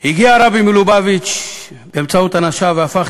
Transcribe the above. הגיע הרבי מלובביץ' באמצעות אנשיו והפך